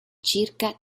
circa